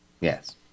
Yes